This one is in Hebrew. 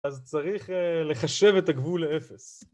‫אז צריך לחשב את הגבול לאפס.